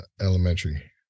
elementary